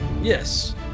Yes